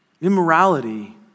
immorality